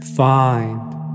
Find